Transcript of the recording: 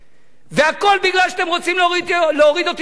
והכול מפני שאתם רוצים להוריד אותי מהשלטון,